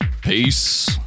Peace